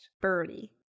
birdie